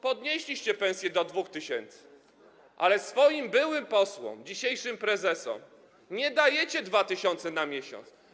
Podnieśliście pensję do 2 tys., ale swoim byłym posłom, dzisiejszym prezesom nie dajecie 2 tys. na miesiąc.